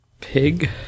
Pig